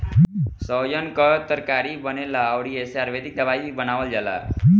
सैजन कअ तरकारी बनेला अउरी एसे आयुर्वेदिक दवाई भी बनावल जाला